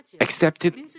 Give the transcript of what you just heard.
accepted